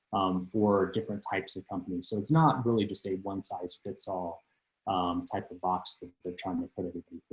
for different types of companies. so it's not really just a one size fits all type of box that they're trying to put it